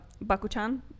Baku-chan